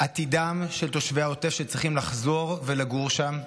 עתידם של תושבי העוטף, שצריכים לחזור ולגור שם.